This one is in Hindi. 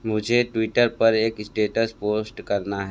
मुझे ट्विटर पर एक स्टेटस पोस्ट करना है